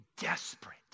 desperate